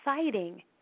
exciting